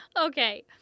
Okay